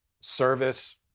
service